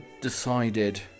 decided